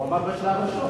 הוא אמר "בשלב ראשון".